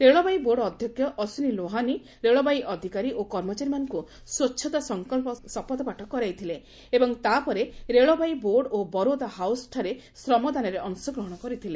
ରେଳବାଇ board ଅଧ୍ୟକ୍ଷ Ashwani Lohani railway ଅଧିକାରୀ ଓ କର୍ମଚାରୀମାନଙ୍କୁ ସ୍ୱଚ୍ଚତା ସଙ୍କଳ୍ପ ଶପଥପାଠ କରାଇଥିଲେ ଏବଂ ତା'ପରେ ରେଳବାଇ ବୋର୍ଡ଼ ଓ ବରୋଦା ହାଉସ୍ଠାରେ ଶ୍ରମଦାନରେ ଅଂଶଗ୍ରହଣ କରିଥିଲେ